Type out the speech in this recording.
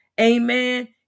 amen